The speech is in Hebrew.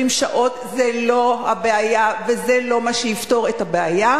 20 שעות זה לא הבעיה וזה לא מה שיפתור את הבעיה,